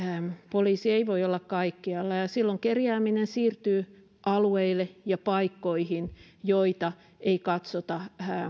poliisi ei voi olla kaikkialla silloin kerjääminen siirtyy alueille ja paikkoihin joita ei katsota